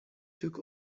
took